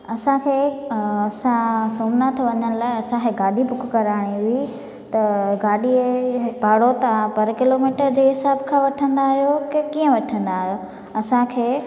असांखे असां सोमनाथ वञण लाइ असांखे गाॾी बुक कराइणी हुई त गाॾीअ भाड़ो तव्हां पर किलोमीटर जे हिसाब सां वठंदा आहियो की कीअं वठंदा आहियो असांखे